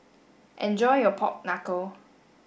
enjoy your pork knuckle